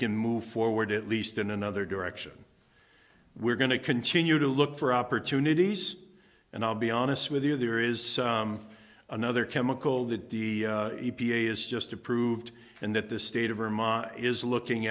can move forward at least in another direction we're going to continue to look for opportunities and i'll be honest with you there is another chemical that the e p a has just approved and that the state of vermont is looking